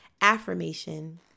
affirmation